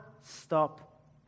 stop